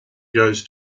goes